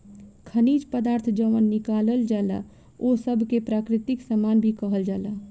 खनिज पदार्थ जवन निकालल जाला ओह सब के प्राकृतिक सामान भी कहल जाला